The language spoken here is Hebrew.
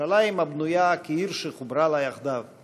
ירושלים הבנויה כעיר שחברה לה יחדו";